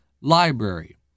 library